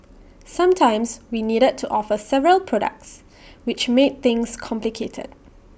sometimes we needed to offer several products which made things complicated